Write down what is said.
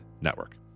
Network